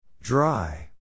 Dry